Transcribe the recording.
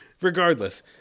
regardless